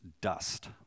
dust